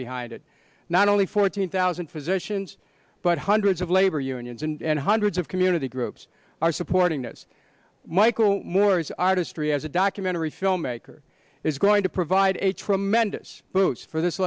behind it not only fourteen thousand physicians but hundreds of labor unions and hundreds of community groups are supporting this michael moore's artistry as a documentary filmmaker is going to provide a tremendous boost for this